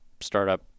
startup